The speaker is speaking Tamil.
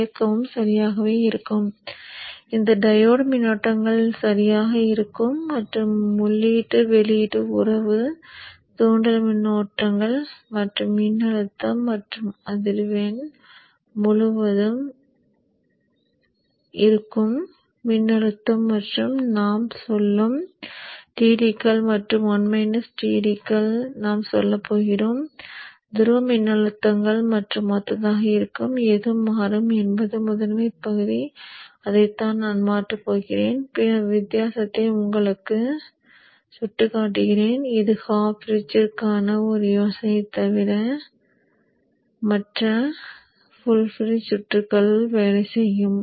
இயக்கமும் சரியாகவே இருக்கும் இந்த டையோடு மின்னோட்டங்கள் சரியாக இருக்கும் மற்றும் உள்ளீட்டு வெளியீட்டு உறவு தூண்டல் மின்னோட்டங்கள் மற்றும் மின்னழுத்தம் மற்றும் அதிர்வெண் முழுவதும் இருக்கும் மின்னழுத்தம் மற்றும் நாம் சொல்லும் dTகள் மற்றும் Tகள் நாம் சொல்கிறோம் துருவ மின்னழுத்தங்கள் மிகவும் ஒத்ததாக இருக்கும் எது மாறும் என்பது முதன்மையான பகுதி அதைத்தான் நான் மாற்றப் போகிறேன் பின்னர் வித்தியாசத்தை உங்களுக்குச் சுட்டிக்காட்டுகிறேன் இது ஹாஃப் பிரிட்ஜ்ற்கு ஒரு யோசனையைத் தரும் மற்றும் ஃபுல் பிரிட்ஜ் சுற்றுகள் வேலை செய்யும்